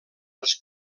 els